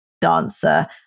dancer